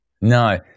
No